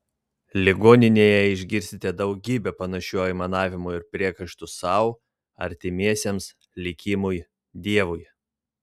ligoninėje išgirsite daugybę panašių aimanavimų ir priekaištų sau artimiesiems likimui dievui